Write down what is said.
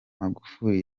magufuli